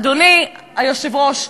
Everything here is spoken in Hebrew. אדוני היושב-ראש,